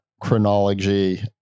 chronology